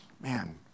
man